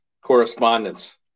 correspondence